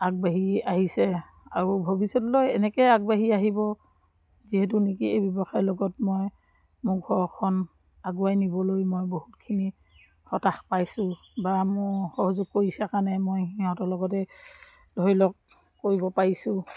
আগবাঢ়ি আহিছে আৰু ভৱিষ্যতলৈ এনেকৈ আগবাঢ়ি আহিব যিহেতু নেকি এই ব্যৱসায়ৰ লগত মই মোৰ ঘৰখন আগুৱাই নিবলৈ মই বহুতখিনি হতাশ পাইছোঁ বা মোৰ সহযোগ কৰিছে কাৰণে মই সিহঁতৰ লগতে ধৰি লওক কৰিব পাৰিছোঁ